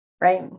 Right